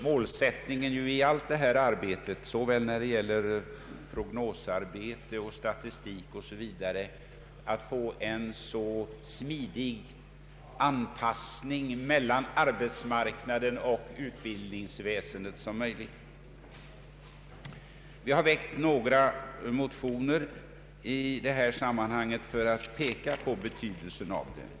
Målsättningen när det gäller såväl prognosarbete som statistik osv. är att få en så smidig anpassning mellan arbetsmarknaden och utbildningsväsendet som möjligt. Vi har väckt några motioner i detta sammanhang för att peka på denna frågas betydelse.